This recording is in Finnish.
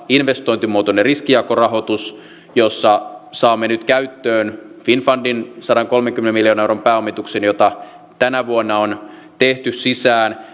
investointimuotoinen riskinjakorahoitus jossa saamme nyt käyttöön finnfundin sadankolmenkymmenen miljoonan euron pääomituksen jota tänä vuonna on tehty sisään